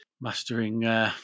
mastering –